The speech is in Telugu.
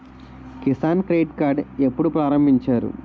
కిసాన్ క్రెడిట్ కార్డ్ ఎప్పుడు ప్రారంభించారు?